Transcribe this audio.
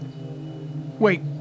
Wait